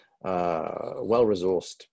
well-resourced